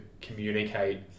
communicate